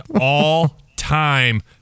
all-time